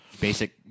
basic